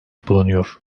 bulunuyor